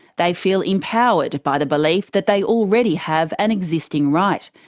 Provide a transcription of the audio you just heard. they feel empowered by the belief that they already have an existing right.